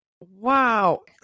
Wow